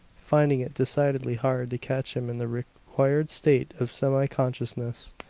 finding it decidedly hard to catch him in the required state of semiconsciousness.